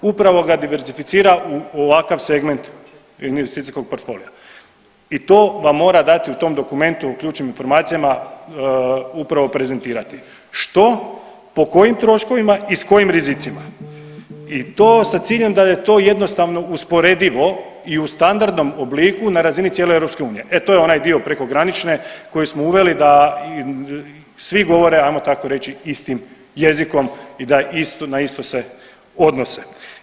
Upravo ga diversificira u ovakav segment investicijskog portfelja i to vam mora dati u tom dokumentu o ključnim informacijama upravo prezentirati što, po kojim troškovima i s kojim rizicima i to sa ciljem da je to jednostavno usporedivo i u standardnom obliku na razini cijele EU, e to je onaj dio prekogranične koji smo uveli da svi govore ajmo tako reći istim jezikom i da isto, na isto se odnose.